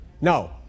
No